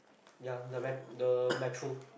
ya the met~ the metro